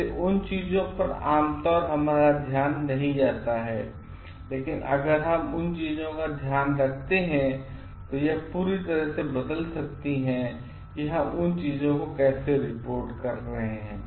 इसलिए उन चीजों पर आमतौर पर हमारा ध्यान नहीं जाता है लेकिन अगर हम उन चीजों का ध्यान रखते हैं तो यह पूरी तरह से बदल सकती है कि हम चीजों को कैसे रिपोर्ट कर रहे हैं